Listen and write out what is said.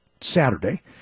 Saturday